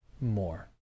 more